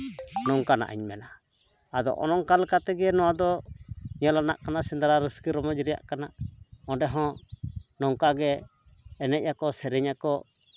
ᱚᱱᱠᱟᱱᱟᱜ ᱤᱧ ᱢᱮᱱᱟ ᱟᱫᱚ ᱚᱱᱮ ᱚᱱᱠᱟ ᱛᱮᱜᱮ ᱱᱚᱣᱟᱫᱚ ᱧᱮᱞ ᱨᱮᱱᱟᱜ ᱠᱟᱱᱟ ᱥᱮᱸᱫᱽᱨᱟ ᱨᱟᱹᱥᱠᱟᱹ ᱨᱚᱢᱚᱡᱽ ᱨᱮᱭᱟᱜ ᱠᱟᱱᱟ ᱚᱸᱰᱮ ᱦᱚᱸ ᱱᱚᱝᱠᱟᱜᱮ ᱮᱱᱡ ᱟᱠᱚ ᱥᱮᱨᱮᱧ ᱟᱠᱚ